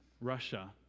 Russia